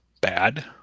bad